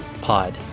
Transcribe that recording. pod